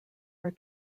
are